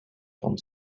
kan